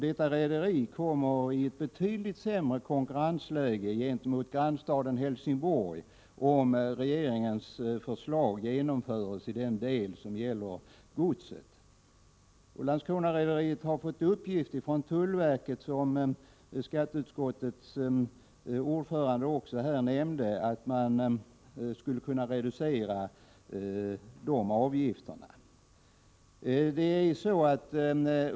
Detta rederi kommer i ett betydligt sämre konkurrensläge gentemot grannstaden Helsingborg, om regeringens förslag genomförs i den del som gäller godset. Landskronarederiet har fått uppgift från tullverket — vilket skatteutskottets ordförande nämnde — om att dessa avgifter skulle kunna reduceras.